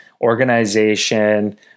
organization